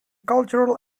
cultural